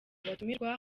abatumirwa